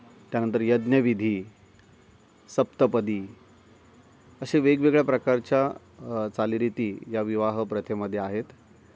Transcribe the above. त्यानंतर यज्ञविधी सप्तपदी अशा वेगवेगळ्या प्रकारच्या चालीरीती या विवाह प्रथेमध्ये आहेत